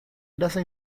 gracia